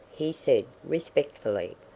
he said, respectfully.